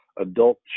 adult